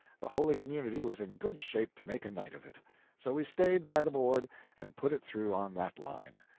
the holy community was in good shape to make a night of it so we stayed by the board and put it through on that line.